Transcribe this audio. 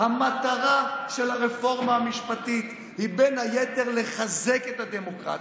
המטרה של הרפורמה המשפטית היא בין היתר לחזק את הדמוקרטיה,